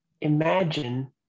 Imagine